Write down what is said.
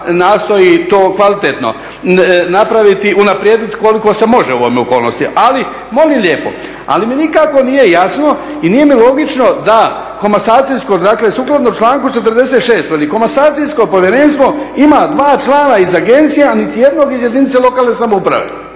nastoji to kvalitetno napraviti, unaprijediti koliko se može u ovakvim okolnostima. Ali mi nikako nije jasno i nije mi logično da komasacija dakle sukladno članku 46. veli komasacijsko povjerenstvo ima dva člana iz agencije a nitijednog iz jedinice lokalne samouprave.